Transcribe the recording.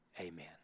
Amen